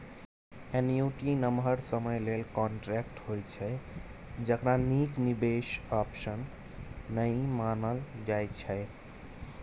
annuity नमहर समय लेल कांट्रेक्ट होइ छै जकरा नीक निबेश आप्शन नहि मानल जाइ छै